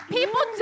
People